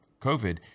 COVID